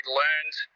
learned